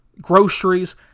groceries